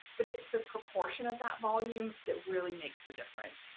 but it's the proportion of that volume that really makes the difference.